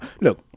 Look